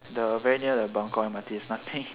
the very near the buangkok M_R_T there's nothing